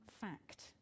fact